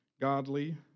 godly